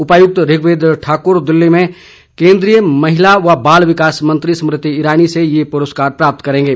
उपायुक्त ऋग्वेद ठाकुर दिल्ली में केन्द्रीय महिला व बाल विकास मंत्री स्मृति ईरानी से ये प्रस्कार प्राप्त करेंगे